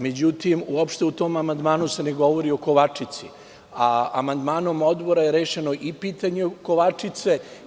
Međutim, uopšte se u tom amandmanu ne govori o Kovačici, a amandmanom Odbora je rešeno i pitanje Kovačice.